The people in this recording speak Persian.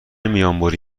میانبری